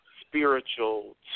spiritual